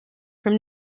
from